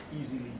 easily